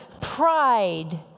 Pride